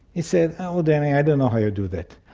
he said, oh, danny, i don't know how you do that.